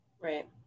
right